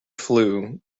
flue